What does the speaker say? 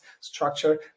structure